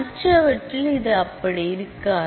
மற்றவற்றில் இது அப்படி இருக்காது